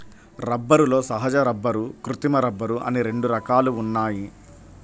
రబ్బరులో సహజ రబ్బరు, కృత్రిమ రబ్బరు అని రెండు రకాలు ఉన్నాయి